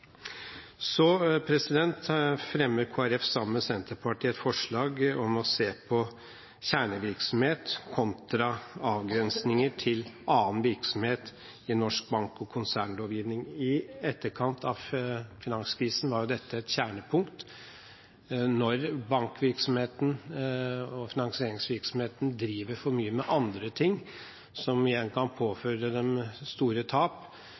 fremmer sammen med Senterpartiet et forslag om å se på kjernevirksomhet kontra avgrensninger til annen virksomhet i norsk bank- og konsernlovgivning. I etterkant av finanskrisen var dette et kjernepunkt. Når bankvirksomheten og finansieringsvirksomheten driver for mye med andre ting, som igjen kan påføre dem store tap,